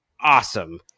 awesome